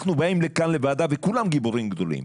אנחנו באים לכאן לוועדה וכולם גיבורים גדולים,